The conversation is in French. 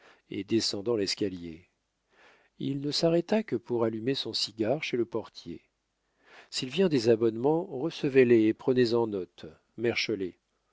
et descendant l'escalier il ne s'arrêta que pour allumer son cigare chez le portier s'il vient des abonnements recevez les et prenez-en note